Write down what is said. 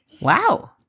Wow